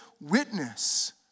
witness